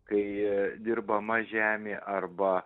kai dirbama žemė arba